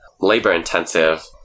labor-intensive